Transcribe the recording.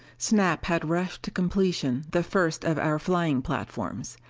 snap had rushed to completion the first of our flying platforms.